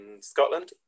Scotland